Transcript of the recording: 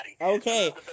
Okay